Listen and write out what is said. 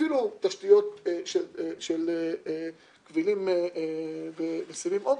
אפילו תשתיות של כבלים וסיבים אופטיים,